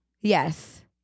Yes